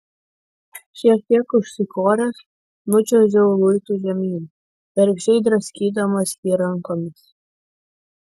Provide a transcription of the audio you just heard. šiek tiek užsikoręs nučiuožiau luitu žemyn bergždžiai draskydamas jį rankomis